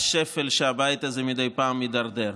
בשפל שהבית הזה מדי פעם מידרדר אליו.